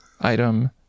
item